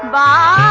da